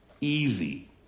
easy